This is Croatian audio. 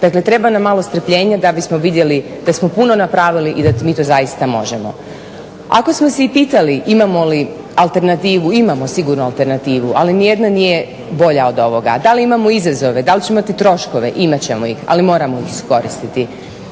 Dakle, treba nam malo strpljenja da bismo vidjeli da smo puno napravili i da to zaista možemo. Ako smo se pitali imamo li alternativu, imamo sigurno ali ni jedna nije bolja od ovoga. Da li imamo izazove, da li ćemo imati troškove, imati ćemo ih, ali ih moramo iskoristiti.